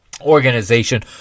Organization